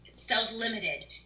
self-limited